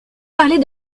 parler